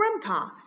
grandpa